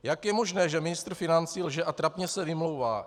Jak je možné, že ministr financí lže a trapně se vymlouvá?